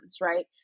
right